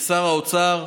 לשר האוצר.